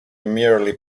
merely